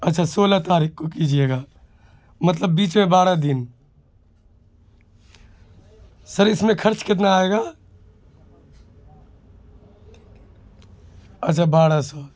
اچھا سولہ تاریخ کو کیجیے گا مطلب بیچ میں بارہ دن سر اس میں خرچ کتنا آئے گا اچھا بارا سو